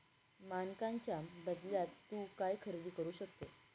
मानकांच्या बदल्यात तू काय खरेदी करू शकतो?